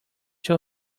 too